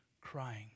crying